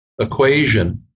equation